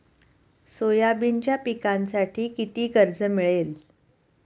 सोयाबीनच्या पिकांसाठी किती कर्ज मिळेल?